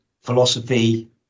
philosophy